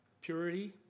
purity